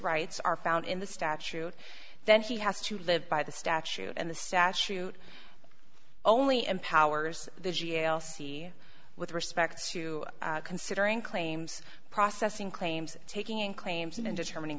rights are found in the statute then he has to live by the statute and the statute only empowers the g l c with respect to considering claims processing claims taking in claims and in determining